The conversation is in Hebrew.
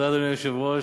אדוני היושב-ראש,